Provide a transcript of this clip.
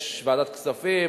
יש ועדת כספים,